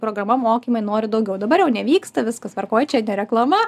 programa mokymai nori daugiau dabar jau nevyksta viskas tvarkoj čia ne reklama